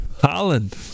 Holland